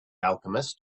alchemist